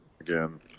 again